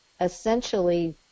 essentially